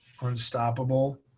unstoppable